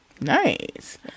Nice